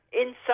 inside